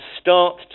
start